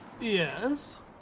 Yes